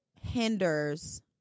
hinders